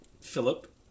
Philip